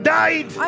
died